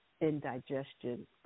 indigestion